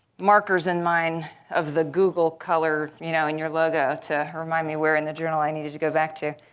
markers in mine of the google color you know and your logo to remind me where in the journal i needed to go back to.